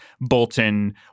Bolton